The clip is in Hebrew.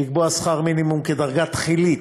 לקבוע שכר מינימום כדרגה תחילית,